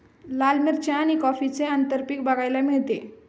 लाल मिरची आणि कॉफीचे आंतरपीक बघायला मिळते